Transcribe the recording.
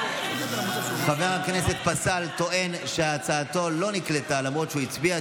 חבר הכנסת פסל טוען שהצבעתו לא נקלטה למרות שהוא הצביע.